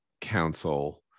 Council